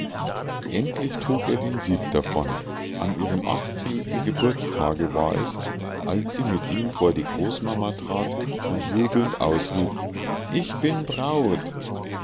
endlich trug er den sieg davon an ihrem achtzehnten geburtstage war es als sie mit ihm vor die großmama trat und jubelnd ausrief ich bin braut